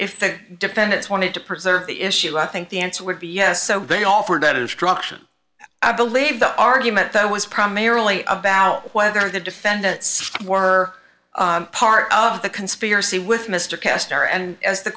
if the defendants wanted to preserve the issue i think the answer would be yes they offered that is struction i believe the argument that was primarily about whether the defendants were part of the conspiracy with mr castor and as the